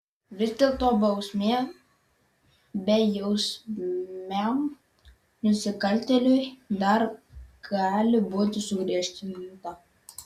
vis dėlto bausmė bejausmiam nusikaltėliui dar gali būti sugriežtinta